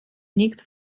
nicht